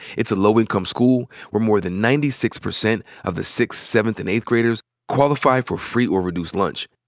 it's a low-income school where more than ninety six percent of the sixth, seventh, and eighth graders qualify for free or reduced lunch.